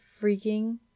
freaking